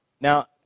Now